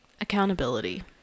Accountability